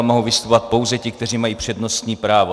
Mohou vystupovat pouze ti, kteří mají přednostní právo.